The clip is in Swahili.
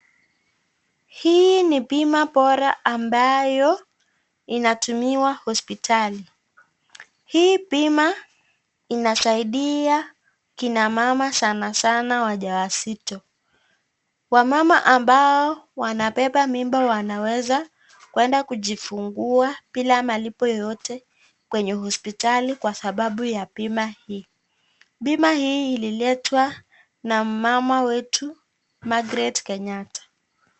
Hii ni bima bora ambayo inatumiwa hospitali, hii bima inasaidia kina mama sanasana wajawazito, wamama ambao wanabeba mimba wanaweza kwenda kujifungua bila malipo yoyote kwenye hospitali kwa sababu ya bima hii, bima hii ililetwa na mama wetu Magret Kenyata.